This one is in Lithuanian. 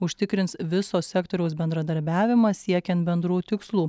užtikrins viso sektoriaus bendradarbiavimas siekiant bendrų tikslų